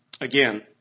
again